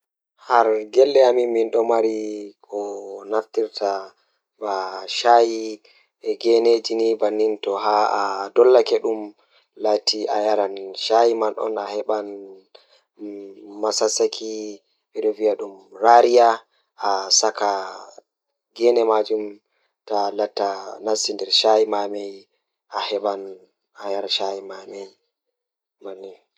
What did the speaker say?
Ko ɗiɗo rewɓe miɗo waɗa faggude rewɓe njamaaji rewɓe, so njamaaji yasi keɓe njoɓdi. Ɓeɗɗo e hoore rewɓe, njamaaji goɗɗo ɗum ko rewɓe tawa njamaaji lewru feere, tofu, tempeh, ko lentils ko beans. Kadi ko eɓe nguurndam sabu njamaaji yasi nguurndam ngal sabu yasi rewɓe njiddaade fiyaangu hoore.